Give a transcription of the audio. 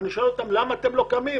אני שואל אותם למה אתם לא קמים.